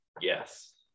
Yes